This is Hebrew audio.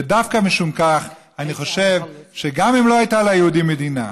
ודווקא משום כך אני חושב שגם אם לא הייתה ליהודים מדינה,